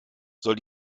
soll